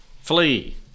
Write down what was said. flee